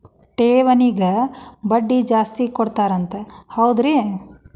ಠೇವಣಿಗ ಬಡ್ಡಿ ಜಾಸ್ತಿ ಕೊಡ್ತಾರಂತ ಹೌದ್ರಿ?